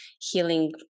healing